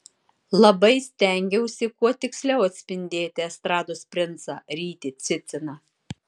labai stengiausi kuo tiksliau atspindėti estrados princą rytį ciciną